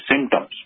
symptoms